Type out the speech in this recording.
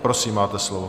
Prosím, máte slovo.